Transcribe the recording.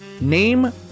Name